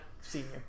Senior